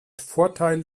vorteil